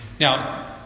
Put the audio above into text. Now